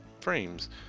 frames